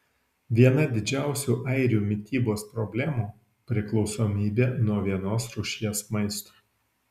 viena didžiausių airių mitybos problemų priklausomybė nuo vienos rūšies maisto